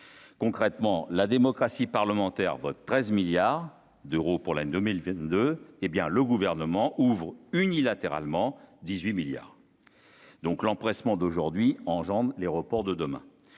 concrètement la démocratie parlementaire, votre 13 milliards d'euros pour la nommer le 22, hé bien le gouvernement ouvre unilatéralement 18 milliards donc l'empressement d'aujourd'hui engendre l'aéroport de demain,